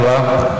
תודה רבה.